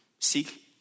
Seek